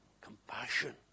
compassion